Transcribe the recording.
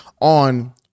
on